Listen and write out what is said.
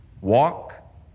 Walk